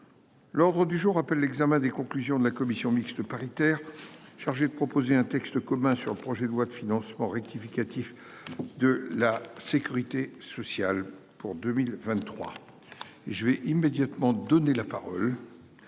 L'ordre du jour appelle l'examen des conclusions de la commission mixte paritaire chargée de proposer un texte commun sur le projet de loi de financement rectificative de la sécurité sociale pour 2023 (texte de la